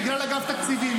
בגלל אגף תקציבים,